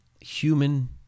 human